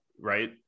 right